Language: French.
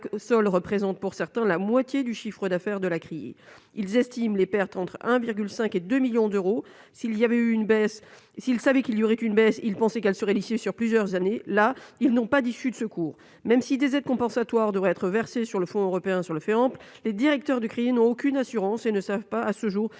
sol représentent pour certains, la moitié du chiffre d'affaires de la criée, ils estiment les pertes entre 1,5 et 2 millions d'euros s'il y avait eu une baisse s'il savait qu'il y aurait une baisse, il pensait qu'elle serait l'issue sur plusieurs années la ils n'ont pas d'issue de secours, même si des aides compensatoires devrait être versée sur le fonds européen sur le fait, en plus, les directeurs du crier n'ont aucune assurance et ne savent pas, à ce jour